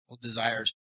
desires